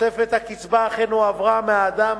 שתוספת הקצבה אכן הועברה מהאדם